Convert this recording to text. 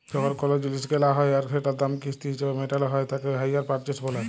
যখল কল জিলিস কেলা হ্যয় আর সেটার দাম কিস্তি হিছাবে মেটাল হ্য়য় তাকে হাইয়ার পারচেস ব্যলে